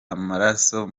amaraso